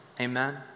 Amen